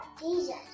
Jesus